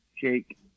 Jake